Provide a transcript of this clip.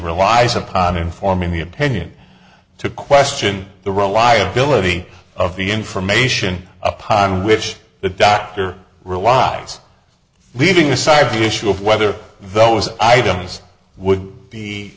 relies upon informing the opinion to question the real liability of the information upon which the doctor real lives leaving aside the issue of whether those items would be